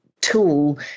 tool